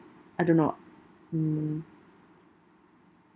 I don't know mm